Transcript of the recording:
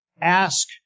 Ask